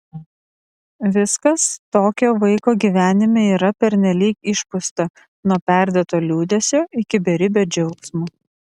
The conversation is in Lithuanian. viskas tokio vaiko gyvenime yra pernelyg išpūsta nuo perdėto liūdesio iki beribio džiaugsmo